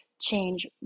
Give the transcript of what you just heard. change